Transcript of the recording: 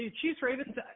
Chiefs-Ravens